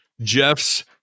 Jeff's